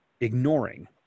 ignoring